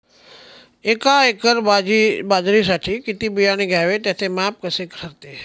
एका एकर बाजरीसाठी किती बियाणे घ्यावे? त्याचे माप कसे ठरते?